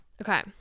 Okay